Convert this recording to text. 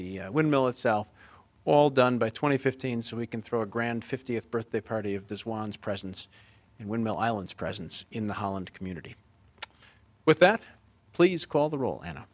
the windmill itself all done by twenty fifteen so we can throw a grand fiftieth birthday party of the swans presents and when will island's presence in the holland community with that please call the roll an